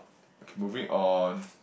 okay moving on